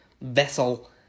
vessel